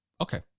Okay